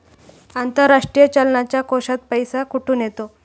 आंतरराष्ट्रीय चलनाच्या कोशात पैसा कुठून येतो?